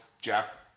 jeff